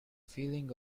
feeling